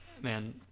man